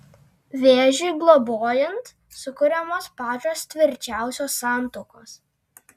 vėžiui globojant sukuriamos pačios tvirčiausios santuokos